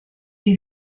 sie